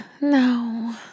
no